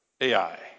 Ai